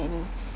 many